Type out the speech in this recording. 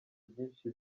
byinshi